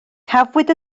cafwyd